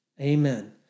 Amen